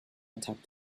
tapped